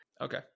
Okay